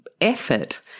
effort